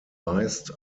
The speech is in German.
meist